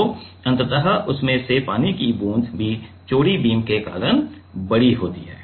तो अंततः उसमें से पानी की बूंद भी चौड़ी बीम के कारण बड़ी होती है